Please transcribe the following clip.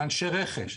לאנשי רכש,